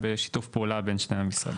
בשיתוף פעולה בין שני המשרדים.